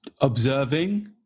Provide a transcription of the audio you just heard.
observing